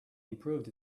improved